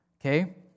Okay